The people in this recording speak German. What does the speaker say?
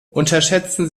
unterschätzen